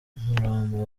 umurambo